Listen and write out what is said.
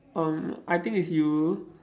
um I think it's you